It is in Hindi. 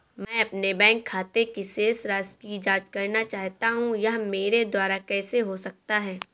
मैं अपने बैंक खाते की शेष राशि की जाँच करना चाहता हूँ यह मेरे द्वारा कैसे हो सकता है?